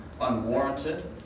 unwarranted